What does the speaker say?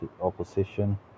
opposition